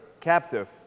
captive